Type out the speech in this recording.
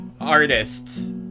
artists